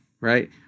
right